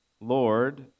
Lord